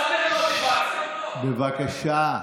בבקשה.